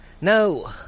No